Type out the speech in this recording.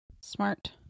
Smart